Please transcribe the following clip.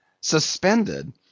Suspended